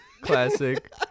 Classic